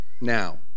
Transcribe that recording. now